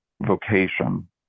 vocation